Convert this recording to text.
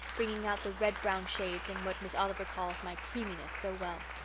bringing out the red-brown shades and what miss oliver calls my creaminess so well.